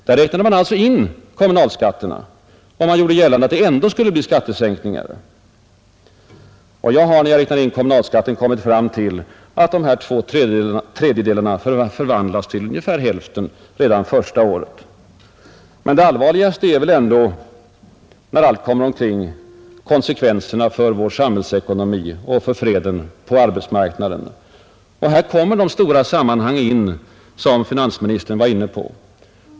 Man räknade alltså in kommunalskatterna och gjorde gällande att det ändå skulle bli skattesänkningar. Jag har när jag räknar in kommunalskatten kommit fram till att de påstådda två tredjedelarna som skulle få sänkta skatter blir bara ungefär hälften redan första året. Men det allvarligaste är konsekvenserna för vår samhällsekonomi och för freden på arbetsmarknaden. Här kommer de stora sammanhang in som finansministern berörde.